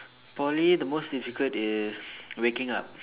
Poly the most difficult is waking up